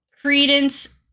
Credence